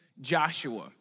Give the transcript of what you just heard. Joshua